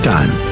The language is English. Time